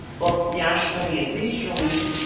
both nationally and regionally.